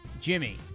Jimmy